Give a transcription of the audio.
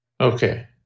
Okay